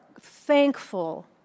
thankful